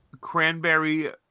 cranberry